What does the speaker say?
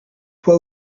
toi